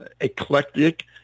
eclectic